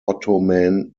ottoman